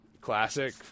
Classic